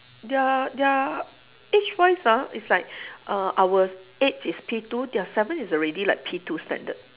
their their age wise ah it's like uh our eight is P two their seven is already like P two standard